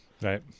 right